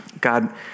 God